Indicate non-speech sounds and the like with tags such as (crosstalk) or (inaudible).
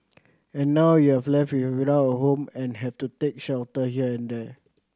and now you have left (unintelligible) without a home and have to take shelter here and there